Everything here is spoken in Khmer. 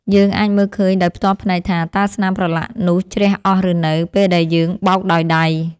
យើងអាចមើលឃើញដោយផ្ទាល់ភ្នែកថា តើស្នាមប្រឡាក់នោះជ្រះអស់ឬនៅ ពេលដែលយើងបោកដោយដៃ។